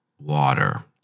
water